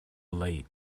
late